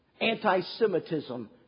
Anti-Semitism